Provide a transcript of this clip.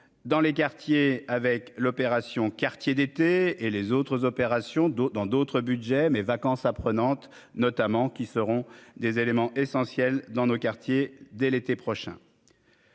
dans les quartiers avec l'opération Quartiers d'été et les autres opérations d'dans d'autres Budgets mes vacances à prenante notamment, qui seront des éléments essentiels dans nos quartiers, dès l'été prochain.